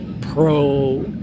pro